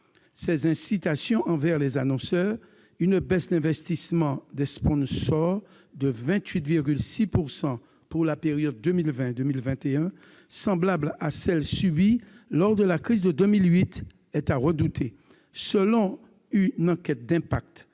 Sans incitation envers les annonceurs, une baisse d'investissements des sponsors de 28,6 % pour la période 2020-2021, semblable à celle subie lors de la crise de 2008, est à redouter, selon une enquête d'impact